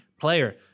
player